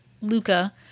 Luca